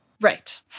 Right